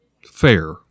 fair